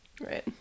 Right